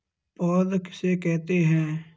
पौध किसे कहते हैं?